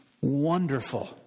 Wonderful